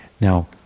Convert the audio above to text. Now